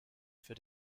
für